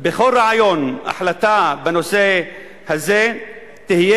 כל החלטה בנושא הזה תהיה